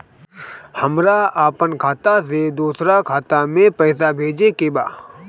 हमरा आपन खाता से दोसरा खाता में पइसा भेजे के बा